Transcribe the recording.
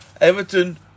Everton